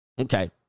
Okay